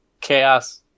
chaos